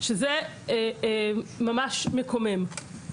המידע חסר, לא מונגש, לא